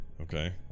Okay